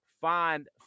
find